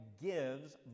gives